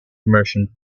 immersion